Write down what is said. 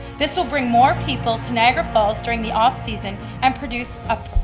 this will bring more people to niagara falls during the off season and produce